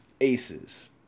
Aces